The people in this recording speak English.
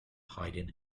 hiding